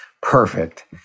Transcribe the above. perfect